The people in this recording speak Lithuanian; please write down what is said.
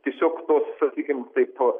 tiesiog tos sakykim taip